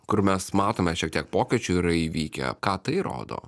kur mes matome šiek tiek pokyčių yra įvykę ką tai rodo